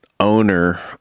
owner